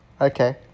Okay